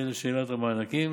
זה לשאלת המענקים.